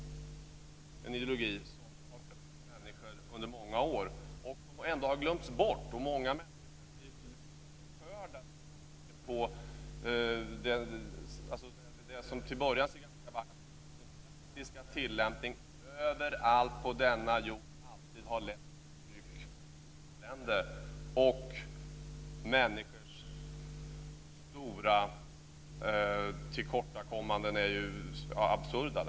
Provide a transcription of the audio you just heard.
Det är en ideologi som har förtryckt människor under många år och som ändå har glömts bort. Många människor kan bli förförda över tanken på detta, som till en början ser ganska vackert ut men som i sin praktiska tillämpning överallt på denna jord alltid har lett till förtryck och elände. Människors stora tillkortakommanden där är ju absurda.